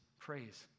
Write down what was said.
praise